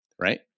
Right